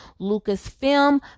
Lucasfilm